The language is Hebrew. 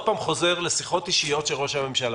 פעם חוזר לשיחות אישיות של ראש הממשלה.